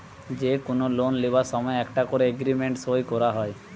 যে কুনো লোন লিবার সময় একটা কোরে এগ্রিমেন্ট সই কোরা হয়